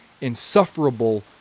insufferable